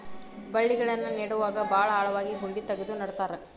ಬಳ್ಳಿಗಳನ್ನ ನೇಡುವಾಗ ಭಾಳ ಆಳವಾಗಿ ಗುಂಡಿ ತಗದು ನೆಡತಾರ